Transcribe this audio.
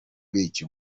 beach